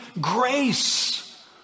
grace